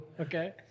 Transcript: Okay